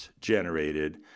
generated